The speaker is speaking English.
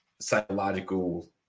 psychological